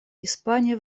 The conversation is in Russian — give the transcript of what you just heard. испания